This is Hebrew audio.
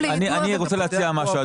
אני רוצה להציע משהו.